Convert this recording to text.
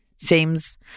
seems